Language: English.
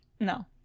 No